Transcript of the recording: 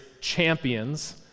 champions